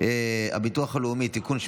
הביטוח הלאומי (תיקון,